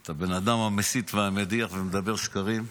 את הבן אדם המסית והמדיח והמדבר שקרים,